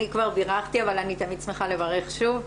אני כבר בירכתי אבל אני תמיד שמחה לברך שוב.